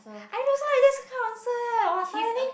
I also like this kind of answer !wah! suddenly